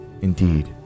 Indeed